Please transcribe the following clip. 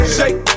Shake